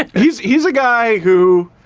he's he's a guy who,